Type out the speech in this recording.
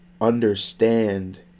understand